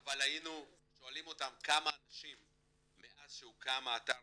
אבל היינו שואלים אותם כמה אנשים מאז שהוקם האתר